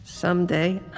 Someday